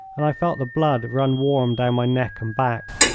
and i felt the blood run warm down my neck and back.